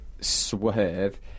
swerve